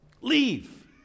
Leave